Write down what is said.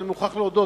אני מוכרח להודות,